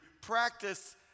practice